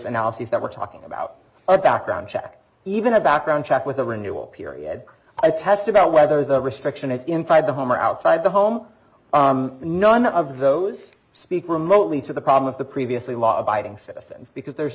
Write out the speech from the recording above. analyses that we're talking about a background check even a background check with a renewal period i test about whether the restriction is inside the home or outside the home none of those speak remotely to the problem of the previously law abiding citizens because there's